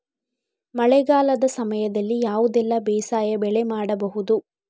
ಮಳೆಗಾಲದ ಸಮಯದಲ್ಲಿ ಯಾವುದೆಲ್ಲ ಬೇಸಾಯ ಬೆಳೆ ಮಾಡಬಹುದು?